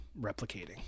replicating